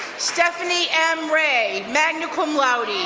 stephanie m. ray, magna cum laude,